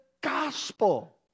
gospel